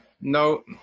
No